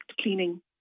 cleaning